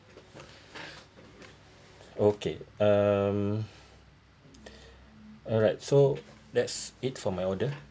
okay um alright so that's it for my order